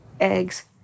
eggs